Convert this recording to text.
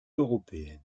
européenne